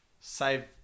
save